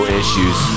issues